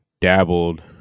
dabbled